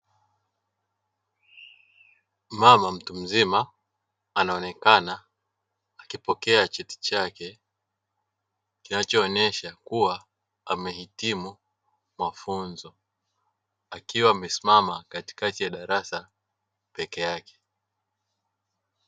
Mama mtu mzima anaonekana akipokea cheti chake, kinachoonyesha kuwa amehitimu mafunzo, akiwa amesimama katikati ya darasa peke yake.